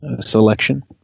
selection